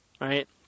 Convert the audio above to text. right